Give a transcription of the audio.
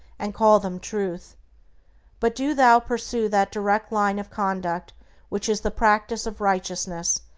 and call them truth but do thou pursue that direct line of conduct which is the practice of righteousness,